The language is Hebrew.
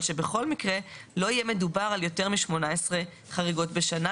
אבל בכל מקרה לא יהיה מדובר על יותר מ-18 חריגות בשנה,